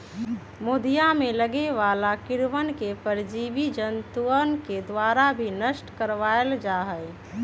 मोदीया में लगे वाला कीड़वन के परजीवी जंतुअन के द्वारा भी नष्ट करवा वल जाहई